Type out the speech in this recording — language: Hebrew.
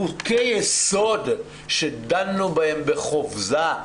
חוקי-יסוד שדנו בהם בחופזה.